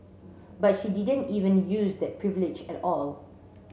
but she didn't even use that privilege at all